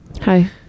hi